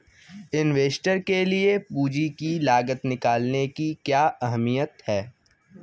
Investor के लिए पूंजी की लागत निकालने की क्या अहमियत है?